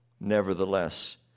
Nevertheless